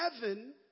heaven